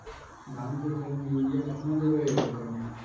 धान के खेत में युरिया केतना देबै एक एकड़ में?